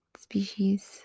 species